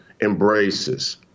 embraces